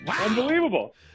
Unbelievable